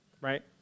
right